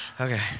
Okay